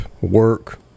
work